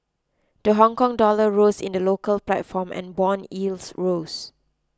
the Hongkong dollar rose in the local platform and bond yields rose